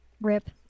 Rip